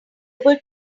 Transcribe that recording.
able